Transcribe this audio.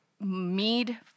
Mead